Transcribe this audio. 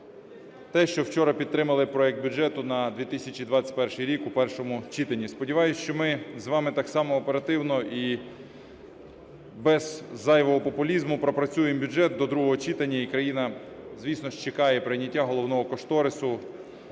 те, що вчора підтримали проект бюджету на 2021 рік у першому читанні. Сподіваюся, що ми з вами так само оперативно і без зайвого популізму пропрацюємо бюджет до другого читання. І країна, звісно ж, чекає прийняття головного кошторису